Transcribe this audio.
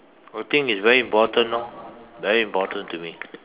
I think it's very important orh very important to me